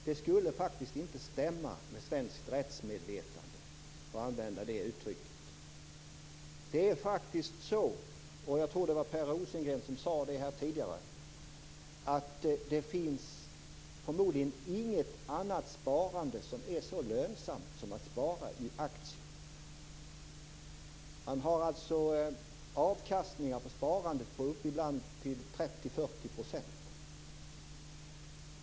Det skulle faktiskt inte stämma med svenskt rättsmedvetande, för att använda det uttrycket. Det är faktiskt så - jag tror att det var Per Rosengren som sade det tidigare - att det förmodligen inte finns något annat sparande som är så lönsamt som att spara i aktier. Man har avkastningar på sparandet på ibland upp till 30-40 %.